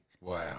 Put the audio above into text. Wow